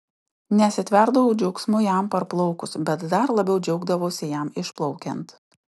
nesitverdavau džiaugsmu jam parplaukus bet dar labiau džiaugdavausi jam išplaukiant